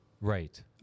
Right